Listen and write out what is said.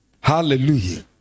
Hallelujah